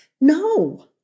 No